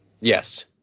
Yes